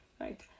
Right